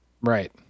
Right